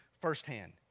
firsthand